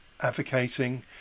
advocating